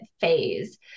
phase